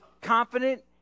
confident